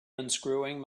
unscrewing